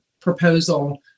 proposal